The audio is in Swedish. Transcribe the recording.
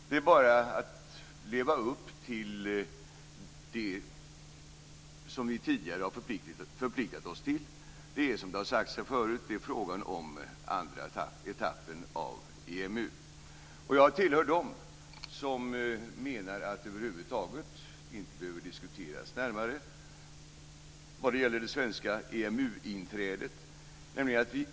Det handlar bara om att leva upp till det som vi tidigare har förpliktat oss till. Det är frågan om andra etappen av EMU, som har sagts här förut. Jag tillhör dem som menar att det svenska EMU-inträdet över huvud taget inte behöver diskuteras närmare.